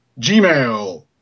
Gmail